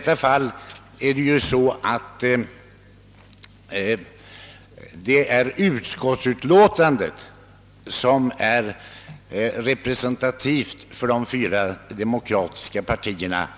Tvärtom är det i stället så, att utskottets utlåtande är representativt för de fyra demokratiska partierna